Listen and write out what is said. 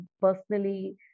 personally